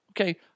okay